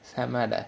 செமடா:semadaa